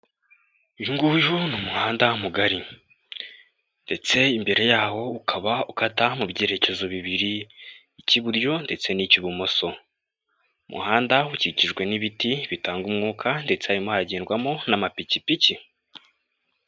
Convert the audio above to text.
Uyunguyu n'umuhanda mugari, ndetse imbere yawo ukaba ukata mu byerekezo bibiri icy'iburyo ndetse n'icy'bumoso, umuhanda ukikijwe n'ibiti bitanga umwuka ndetse harimo hagendwamo n'amapikipiki.